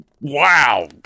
wow